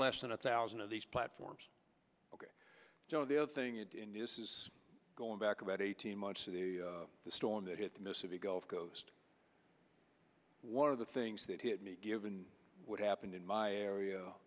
less than a thousand of these platforms so the other thing it in this is going back about eighteen months of the storm that hit the mississippi gulf coast one of the things that hit me given what happened in my area